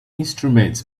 instruments